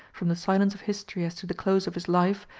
from the silence of history as to the close of his life,